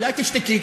אולי תשתקי.